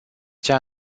cea